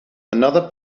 another